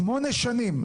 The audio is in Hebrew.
שמונה שנים.